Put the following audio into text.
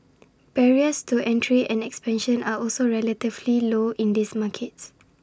barriers to entry and expansion are also relatively low in these markets